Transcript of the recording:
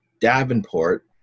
Davenport